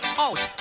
out